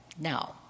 now